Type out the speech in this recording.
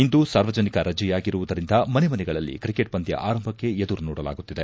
ಇಂದು ಸಾರ್ವಜನಿಕ ರಜೆಯಾಗಿರುವುದರಿಂದ ಮನೆ ಮನೆಗಳಲ್ಲಿ ಕ್ರಿಕೆಟ್ ಪಂದ್ಯ ಆರಂಭಕ್ಕೆ ಎದುರು ನೋಡಲಾಗುತ್ತಿದೆ